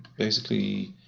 basically,